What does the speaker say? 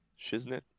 shiznit